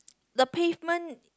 the pavement